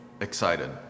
Excited